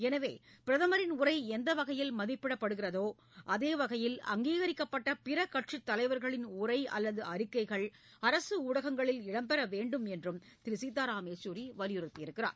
எனவே பிரதமரின் உரை எந்த வகையில் மதிப்பிடப்படுகிறதோ அதே வகையில் அங்கீகரிக்கப்பட்ட பிற கட்சித் தலைவர்களின் உரை அல்லது அறிக்கைகள் அரசு ஊடகங்களில் இடம் பெற வேண்டும் என்றும் என்றும் திரு சீதாராம் யெச்சூரி வலியுறுத்தியுள்ளார்